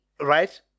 Right